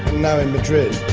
now in madrid